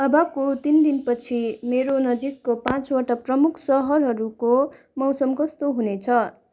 अबको तिन दिनपछि मेरो नजिकको पाँचवटा प्रमुख शहरहरूको मौसम कस्तो हुनेछ